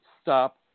stop